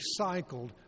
recycled